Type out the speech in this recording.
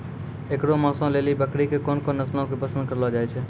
एकरो मांसो लेली बकरी के कोन नस्लो के पसंद करलो जाय छै?